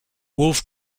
wolf